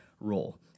role